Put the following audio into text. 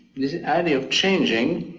this idea of changing,